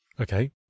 Okay